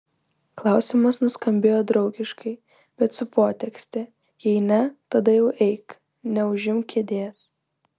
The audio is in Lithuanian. klausimas nuskambėjo draugiškai bet su potekste jei ne tada jau eik neužimk kėdės